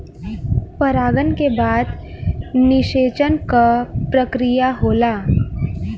परागन के बाद निषेचन क प्रक्रिया होला